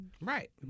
Right